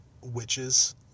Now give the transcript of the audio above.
witches